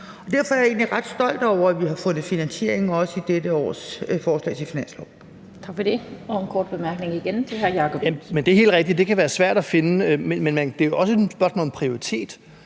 Derfor er jeg egentlig ret stolt over, at vi har fundet finansiering også i dette års forslag til finanslov.